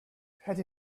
had